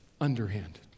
underhanded